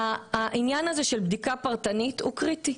העניין של בדיקה פרטנית הוא קריטי.